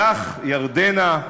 לך, ירדנה,